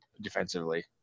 defensively